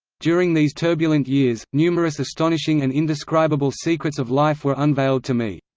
during these turbulent years, numerous astonishing and indescribable secrets of life were unveiled to me.